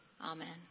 Amen